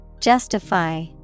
Justify